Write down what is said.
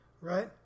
right